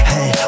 Hey